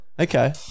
Okay